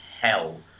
hell